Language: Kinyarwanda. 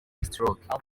stroke